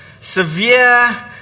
severe